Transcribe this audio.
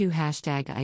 hashtag